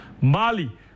Mali